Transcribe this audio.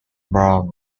browne